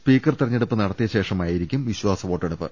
speaker തെരഞ്ഞെടുപ്പ് നടത്തിയ ശേഷമായിരിക്കും വിശ്വാസവോട്ടെടുപ്പ്